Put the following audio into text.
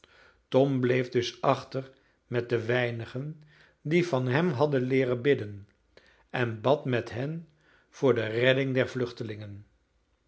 tom bleef dus achter met de weinigen die van hem hadden leeren bidden en bad met hen voor de redding der vluchtelingen